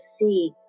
see